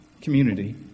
community